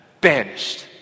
Banished